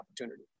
opportunity